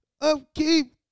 Upkeep